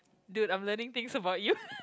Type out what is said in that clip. dude I'm learning things about you